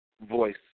voice